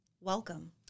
welcome